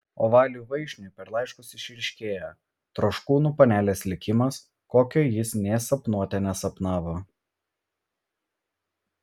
o valiui vaišniui per laiškus išryškėja troškūnų panelės likimas kokio jis nė sapnuote nesapnavo